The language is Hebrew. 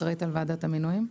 אחראית על וועדת המינויים.